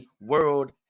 world